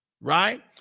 right